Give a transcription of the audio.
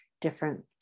different